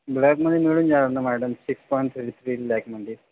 ब्लॅकमध्ये मिळून जानार ना मॅडम सिक्स पॉईंट थ्री लॅकमध्ये